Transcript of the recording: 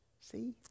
See